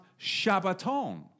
Shabbaton